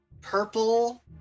purple